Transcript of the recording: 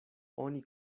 oni